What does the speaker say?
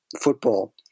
football